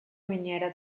miniera